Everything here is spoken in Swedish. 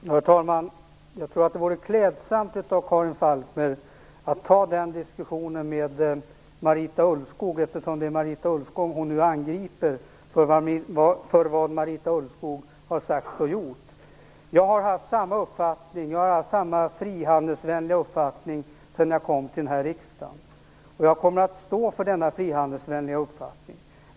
Herr talman! Jag tror att det vore klädsamt om Karin Falkmer tog den diskussionen med Marita Ulvskog, eftersom det är Marita Ulvskog hon nu angriper för vad Marita Ulvskog har sagt och gjort. Jag har haft samma frihandelsvänliga uppfattning sedan jag kom till den här riksdagen, och jag kommer att stå för denna frihandelsvänliga uppfattning.